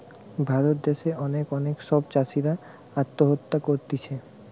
ভারত দ্যাশে অনেক অনেক সব চাষীরা আত্মহত্যা করতিছে